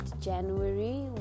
January